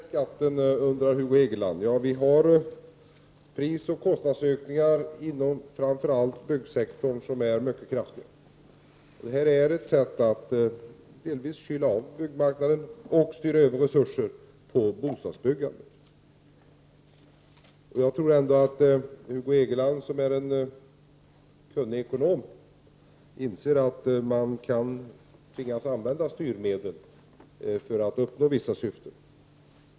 Herr talman! Hugo Hegeland undrar hur det blir med skatten. Vi har inom framför allt byggsektorn prisoch kostnadsökningar som är mycket kraftiga. Detta är ett sätt att delvis kyla av byggmarknaden och styra över resurser till bostadsbyggandet. Jag tror ändå att Hugo Hegeland, som är en kunnig ekonom, inser att man kan tvingas använda styrmedel för att uppnå vissa syften.